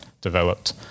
developed